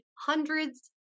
hundreds